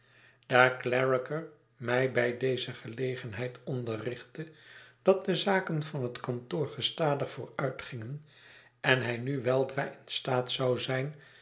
daar clarriker mij bij deze gelegenheid onderrichtte dat de zaken van het kantoor gestadig vooruitgingen en hij nu weldra in staat zou zijn